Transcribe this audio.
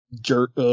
Jerk